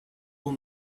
will